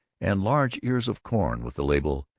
and large ears of corn with the label,